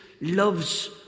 loves